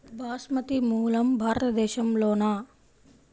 బాస్మతి మూలం భారతదేశంలోనా?